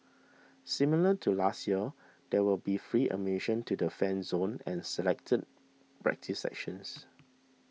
similar to last year there will be free admission to the Fan Zone and selected practice sessions